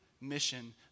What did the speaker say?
mission